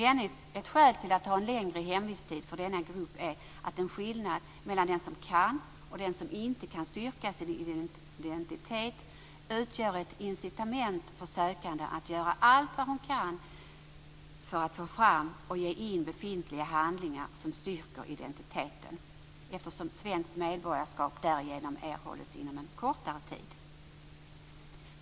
Ännu ett skäl till att ha en längre hemvisttid för denna grupp är att en skillnad mellan den som kan och den som inte kan styrka sin identitet utgör ett incitament för sökanden att göra allt vad han eller hon kan för att få fram och komma in med befintliga handlingar som styrker identiteten, eftersom svenskt medborgarskap därigenom erhålls inom en kortare tid.